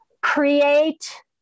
create